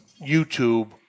YouTube